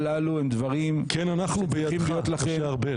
כן, אנחנו בידך משה ארבל.